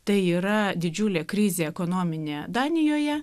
tai yra didžiulė krizė ekonominė danijoje